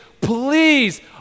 please